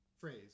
Phrase